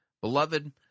Beloved